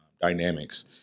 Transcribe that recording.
dynamics